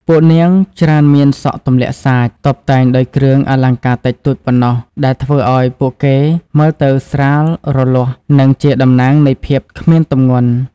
ពួកនាងច្រើនមាន សក់ទម្លាក់សាច តុបតែងដោយគ្រឿងអលង្ការតិចតួចប៉ុណ្ណោះ ដែលធ្វើឱ្យពួកគេមើលទៅស្រាលរលាស់ និងជាតំណាងនៃភាពគ្មានទម្ងន់។